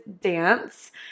dance